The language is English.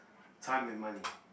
time and money